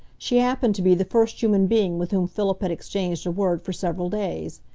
she happened to be the first human being with whom philip had exchanged a word for several days.